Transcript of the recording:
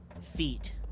feet